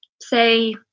say